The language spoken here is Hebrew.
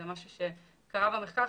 זה משהו שקרה במחקר.